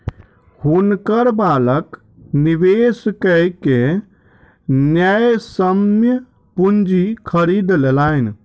हुनकर बालक निवेश कय के न्यायसम्य पूंजी खरीद लेलैन